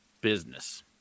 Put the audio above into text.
business